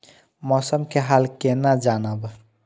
मौसम के हाल केना जानब?